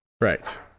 Right